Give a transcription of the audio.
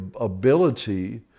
ability